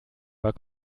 war